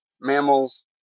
mammals